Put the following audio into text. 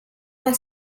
are